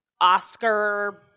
Oscar